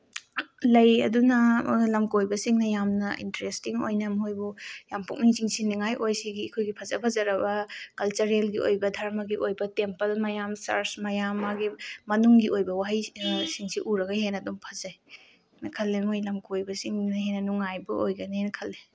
ꯂꯩ ꯑꯗꯨꯅ ꯂꯝꯀꯣꯏꯕꯁꯤꯡꯅ ꯌꯥꯝꯅ ꯏꯟꯇꯔꯦꯁꯇꯤꯡ ꯑꯣꯏꯅ ꯃꯣꯏꯕꯨ ꯌꯥꯝ ꯄꯨꯛꯅꯤꯡ ꯆꯤꯡꯁꯤꯟꯅꯤꯉꯥꯏ ꯑꯣꯏ ꯁꯤꯒꯤ ꯑꯩꯈꯣꯏꯒꯤ ꯐꯖ ꯐꯖꯔꯕ ꯀꯜꯆꯔꯦꯜꯒꯤ ꯑꯣꯏꯕ ꯙꯔꯃꯒꯤ ꯑꯣꯏꯕ ꯇꯦꯝꯄꯜ ꯃꯌꯥꯝ ꯆꯔꯁ ꯃꯌꯥꯝ ꯃꯥꯒꯤ ꯃꯅꯨꯡꯒꯤ ꯑꯣꯏꯕ ꯋꯥꯍꯩ ꯁꯤꯡꯁꯤ ꯎꯔꯒ ꯍꯦꯟꯅꯗꯨꯝ ꯐꯖꯩ ꯅ ꯈꯜꯂꯦ ꯃꯣꯏ ꯂꯝꯀꯣꯏꯕꯁꯤꯡꯗꯨꯅ ꯍꯦꯟꯅ ꯅꯨꯡꯉꯥꯏꯕ ꯑꯣꯏꯒꯅꯤꯅ ꯈꯜꯂꯤ